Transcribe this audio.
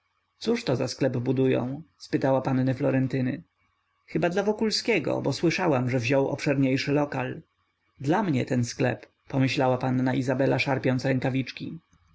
cóż to za sklep budują spytała panny florentyny chyba dla wokulskiego bo słyszałam że wziął obszerniejszy lokal dla mnie ten sklep pomyślała panna izabela szarpiąc rękawiczki